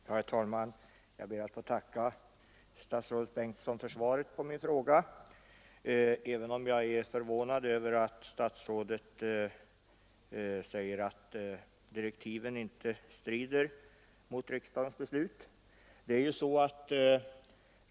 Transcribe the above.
Herr talman! Jag ber att få tacka statsrådet Bengtsson för svaret på min fråga, även om jag är förvånad över att statsrådet säger att direktiven inte strider mot riksdagens beslut.